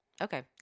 Okay